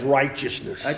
righteousness